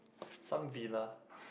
some villa